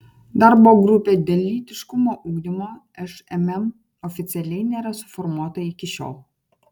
darbo grupė dėl lytiškumo ugdymo šmm oficialiai nėra suformuota iki šiol